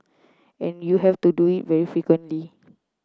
and you have to do it very frequently